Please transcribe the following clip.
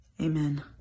Amen